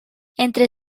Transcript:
entre